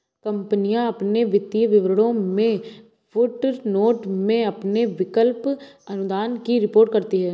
कंपनियां अपने वित्तीय विवरणों में फुटनोट में अपने विकल्प अनुदान की रिपोर्ट करती हैं